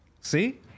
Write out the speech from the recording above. See